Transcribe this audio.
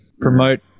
promote